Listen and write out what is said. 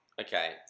Okay